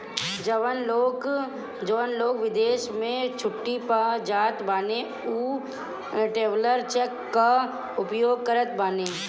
जवन लोग विदेश में छुट्टी पअ जात बाने उ ट्रैवलर चेक कअ उपयोग करत बाने